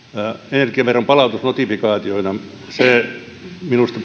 energiaveron palautus notifikaationa minusta